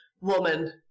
woman